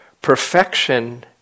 Perfection